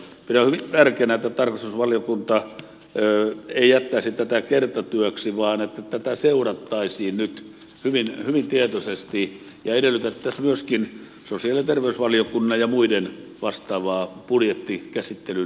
pidän hyvin tärkeänä että tarkastusvaliokunta ei jättäisi tätä kertatyöksi vaan tätä seurattaisiin nyt hyvin tietoisesti ja edellytettäisiin myöskin sosiaali ja terveysvaliokunnan ja muiden vastaavaa budjettikäsittelyyn liittyvää seurantaa